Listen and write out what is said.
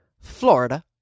Florida